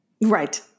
Right